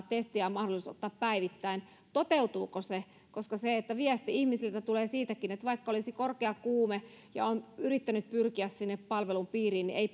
testiä on mahdollisuus ottaa päivittäin toteutuuko se ihmisiltä tulee viestiä siitäkin että vaikka olisi korkea kuume ja on yrittänyt pyrkiä sinne palvelun piiriin niin ei